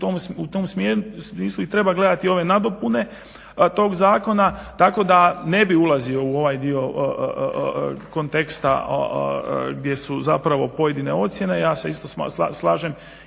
u tom smislu i treba gledati i ove nadopune tog zakona, tako da ne bi ulazio ovaj dio konteksta gdje su zapravo pojedine ocjene, ja se isto slažem